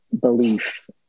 belief